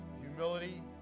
humility